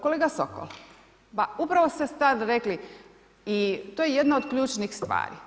Kolega Sokol, pa upravo ste sada rekli i to je jedna od ključnih stvari.